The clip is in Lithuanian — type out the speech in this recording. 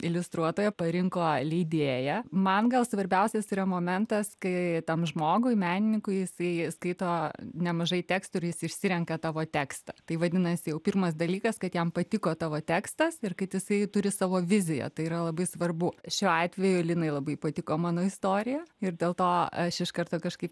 iliustruotoją parinko leidėja man gal svarbiausias yra momentas kai tam žmogui menininkui jisai skaito nemažai tekstų ir jis išsirenka tavo tekstą tai vadinasi jau pirmas dalykas kad jam patiko tavo tekstas ir kad jisai turi savo viziją tai yra labai svarbu šiuo atveju linai labai patiko mano istorija ir dėl to aš iš karto kažkaip